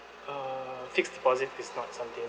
err fixed deposit is not something